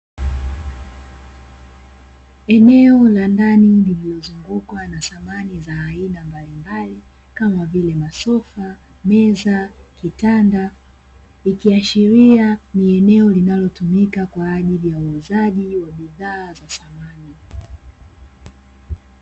Eneo la ndani lililozungukwa na samani za aina mbalimbali kama vile masofa, meza, kitanda ikiashiria ni eneo linalotumika kwaajili ya uuzaji wa bidhaaa za samani.